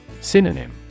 Synonym